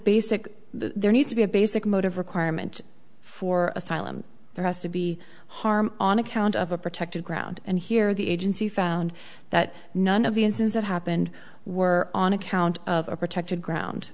basic there needs to be a basic motive requirement for asylum there has to be harm on account of a protected ground and here the agency found that none of the instance that happened were on account of a protected ground